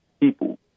people